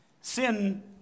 Sin